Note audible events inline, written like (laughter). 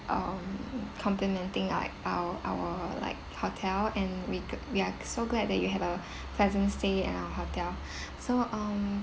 um complimenting like our our like hotel and we gl~ we are so glad that you had a (breath) pleasant stay at our hotel (breath) so um